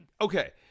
okay